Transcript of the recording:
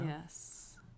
Yes